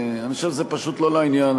אני חושב שזה פשוט לא לעניין.